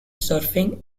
surfing